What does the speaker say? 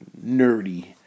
nerdy